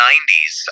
90s